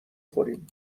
خوریم